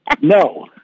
No